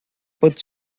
put